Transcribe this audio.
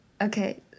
Okay